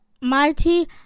mighty